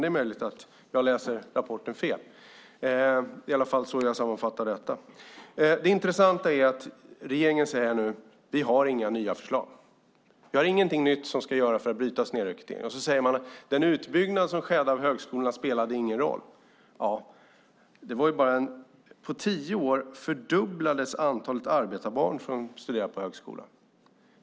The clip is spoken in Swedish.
Det är möjligt att jag läser rapporten fel. I alla fall är det så här jag sammanfattar det hela. Det intressanta är att regeringen nu säger: Vi har inga nya förslag. Vi har ingenting nytt för att bryta snedrekryteringen. Man säger också: Den utbyggnad som skedde av högskolorna spelade ingen roll. Men på tio år fördubblades antalet arbetarbarn som studerade vid högskola.